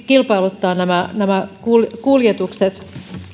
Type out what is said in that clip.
kilpailuttaa nämä nämä kuljetukset